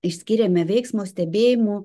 išskyrėme veiksmo stebėjimo